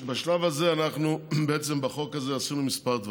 בשלב הזה בחוק הזה עשינו כמה דברים: